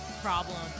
problem